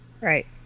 right